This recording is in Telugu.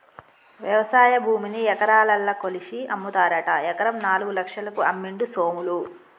వ్యవసాయ భూమిని ఎకరాలల్ల కొలిషి అమ్ముతారట ఎకరం నాలుగు లక్షలకు అమ్మిండు సోములు